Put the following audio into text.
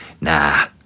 Nah